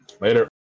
Later